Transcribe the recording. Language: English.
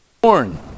born